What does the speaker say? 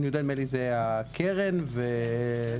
נדמה לי שהם הקרן ועוד ארגונים,